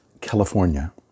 California